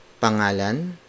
pangalan